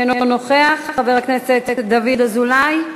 אינו נוכח, חבר הכנסת דוד אזולאי,